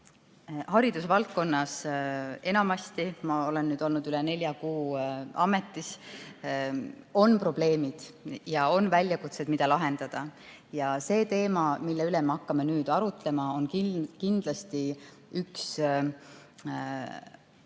hariduse valdkonnas enamasti – ma olen nüüd olnud üle nelja kuu ametis –, on probleemid ja on väljakutsed, mida lahendada. See teema, mille üle me hakkame nüüd arutama, on kindlasti üks